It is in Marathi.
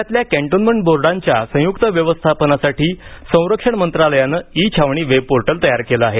देशातल्या कॅन्टोन्मेंट बोर्डांच्या संयुक्त व्यवस्थापनासाठी संरक्षण मंत्रालयानं ई छावणी वेबपोर्टल तयार केलं आहे